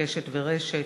"קשת" ו"רשת"